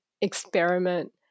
experiment